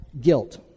guilt